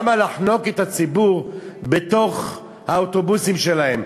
למה לחנוק את הציבור בתוך האוטובוסים שלהם?